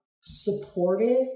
supportive